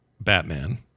Batman